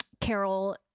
Carol